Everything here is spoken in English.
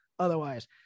otherwise